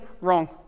wrong